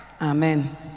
Amen